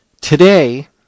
Today